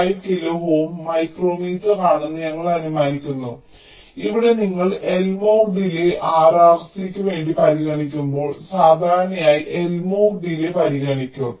5 kilo ohm മൈക്രോമീറ്ററാണെന്ന് ഞങ്ങൾ അനുമാനിക്കുന്നു ഇവിടെ നിങ്ങൾ എൽമോർ ഡിലേയ് R RC ക്കുവേണ്ടി പരിഗണിക്കുമ്പോൾ ഞങ്ങൾ സാധാരണയായി എൽമോർ ഡിലേയ് പരിഗണിക്കും